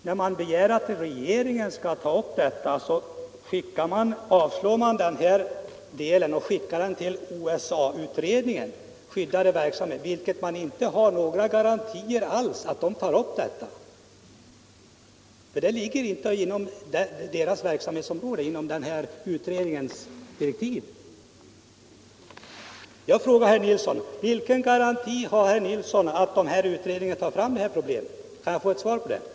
När man begär att regeringen skall ta upp denna fråga, avslår regeringen framställningen och skickar handlingarna i ärendet till OSA-utredningen. Man har inga garantier alls för att den utredningen tar upp detta; det ligger inte inom dess verksamhetsområde enligt utredningens direktiv. Jag frågar herr Nilsson: Vilken garanti har herr Nilsson för att utredningen tar upp detta problem? Kan jag få ett svar på den frågan?